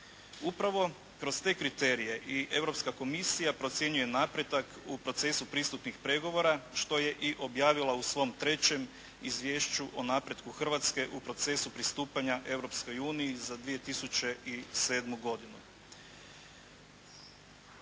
Upravo kroz te kriterije i Europska komisija procjenjuje napredak u procesu pristupnih pregovora što je i objavila u svom trećem izvješću o napretku Hrvatske u procesu pristupanja Europskoj uniji za 2007. godinu.